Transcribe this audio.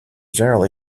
generally